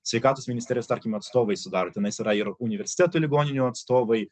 sveikatos ministerijos tarkim atstovai sudaro tenais yra ir universitetų ligoninių atstovai